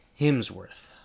Hemsworth